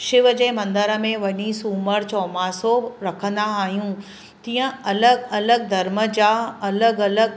शिव जे मंदर में वञी सूमरु चौमासो रखंदो आहियूं तीअं अलॻि अलॻि धर्म जा अलॻि अलॻि